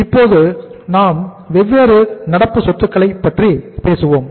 இப்போது நாம் வெவ்வேறு நடப்பு சொத்துக்களை பற்றி பேசுவோம்